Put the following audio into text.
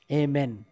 amen